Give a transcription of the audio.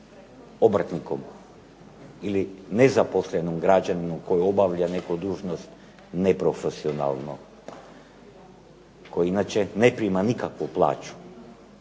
obrtnikom ili nezaposlenom građaninu koji obavlja neku dužnost neprofesionalno, koji inače ne prima nikakvu plaću.